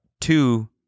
two